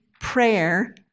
prayer